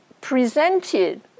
presented